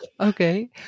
Okay